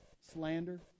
Slander